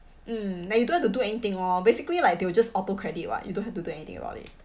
mm like you don't have to do anything lor basically like they will just auto credit [what] you don't have to do anything about it